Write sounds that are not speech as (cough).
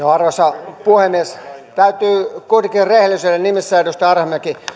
(unintelligible) arvoisa puhemies täytyy kuitenkin rehellisyyden nimissä edustaja arhinmäki